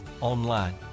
online